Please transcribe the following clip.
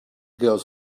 goes